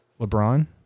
LeBron